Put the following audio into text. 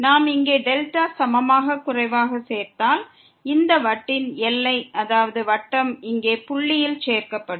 நாம் இங்கே δவை சமமாக அல்லது குறைவாக சேர்த்தால் இந்த வட்டின் எல்லை அதாவது வட்டம் இங்கே புள்ளியில் சேர்க்கப்படும்